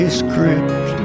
script